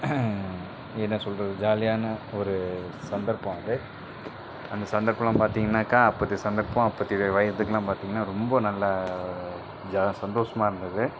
என்ன சொல்கிறது ஜாலியான ஒரு சந்தர்ப்பம் அது அந்த சந்தர்ப்பலாம் பார்த்திங்கனாக்கா அப்பத்திய சந்தர்ப்பம் அப்பத்திய வயதுக்குலாம் பார்த்திங்கனா ரொம்ப நல்லா ஜா சந்தோஷமாருந்துது